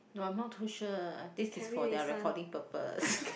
no I'm not too sure this is for their recording purpose